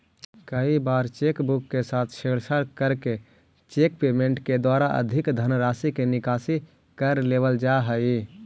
कई बार cheque book के साथ छेड़छाड़ करके चेक पेमेंट के द्वारा अधिक धनराशि के निकासी कर लेवल जा हइ